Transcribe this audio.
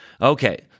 Okay